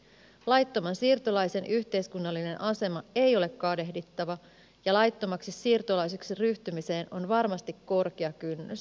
laittoman siirtolaisen yhteiskunnallinen asema ei ole kadehdittava ja laittomaksi siirtolaiseksi ryhtymiseen on varmasti korkea kynnys